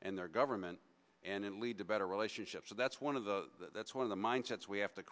and their government and it lead to better relationship so that's one of the that's one of the mindsets we have to